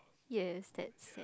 yes that's